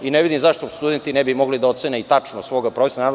Ne vidim zašto studenti ne bi mogli da ocene i tačno svog profesora.